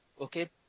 Okay